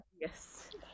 yes